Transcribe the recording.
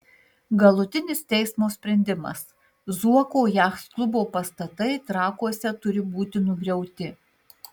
galutinis teismo sprendimas zuoko jachtklubo pastatai trakuose turi būti nugriauti